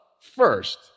first